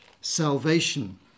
salvation